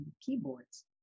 keyboards